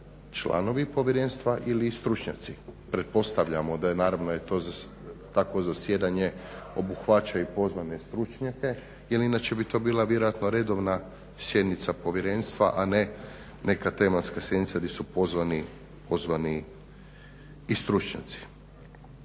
članovi povjerenstva ili i stručnjaci? Pretpostavljamo da naravno je to takvo zasjedanje obuhvaća i pozvane stručnjake jer inače bi to bila vjerojatno redovna sjednica povjerenstva, a ne neka tematska sjednica gdje su pozvani i stručnjaci.